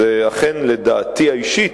אכן, לדעתי האישית,